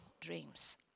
dreams